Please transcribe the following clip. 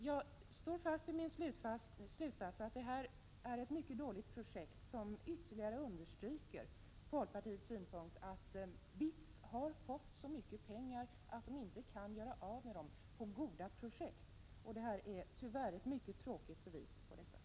Jag står fast vid min slutsats att detta är ett mycket dåligt projekt, något som ytterligare understryker folkpartiets synpunkt att BITS har fått så mycket pengar att man inte kan göra av med dem på goda projekt. Det som här skett är ett mycket tråkigt bevis på detta.